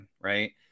right